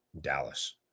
Dallas